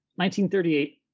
1938